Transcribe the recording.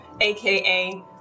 AKA